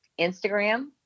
Instagram